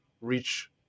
reach